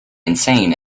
insane